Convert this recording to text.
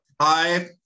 Hi